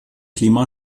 klima